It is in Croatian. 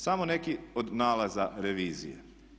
Samo neki od nalaza revizije.